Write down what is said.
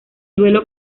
duelo